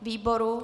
Výboru?